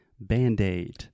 Band-Aid